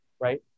Right